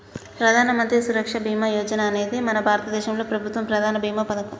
ప్రధానమంత్రి సురక్ష బీమా యోజన అనేది మన భారతదేశంలో ప్రభుత్వ ప్రధాన భీమా పథకం